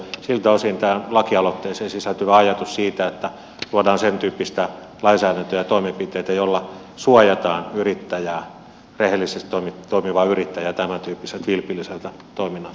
siltä osin tähän lakialoitteeseen sisältyy ajatus siitä että luodaan sentyyppistä lainsäädäntöä ja toimenpiteitä joilla suojataan rehellisesti toimivaa yrittäjää tämäntyyppisiltä vilpilliseltä toiminnalta